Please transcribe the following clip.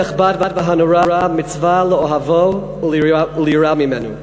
הנכבד והנורא מצווה לאוהבו וליראה ממנו.